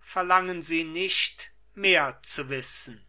verlangen sie nicht mehr zu wissen